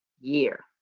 year